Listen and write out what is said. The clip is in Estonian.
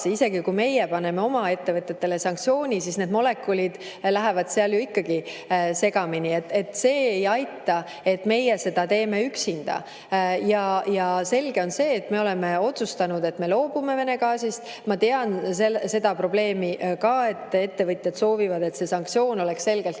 juhul, kui meie paneme oma ettevõtjatele sanktsiooni, lähevad need molekulid seal ju ikkagi segamini. See ei aita, et meie seda üksinda teeme. Ja selge on see, et me oleme otsustanud, et loobume Vene gaasist. Ma tean seda probleemi ka, et ettevõtjad soovivad, et see sanktsioon oleks selgelt